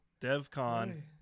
DevCon